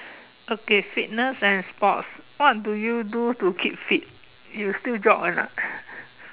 okay fitness and sport what do you do to keep fit you still jog or not